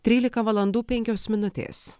trylika valandų penkios minutės